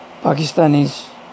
Pakistanis